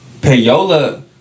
Payola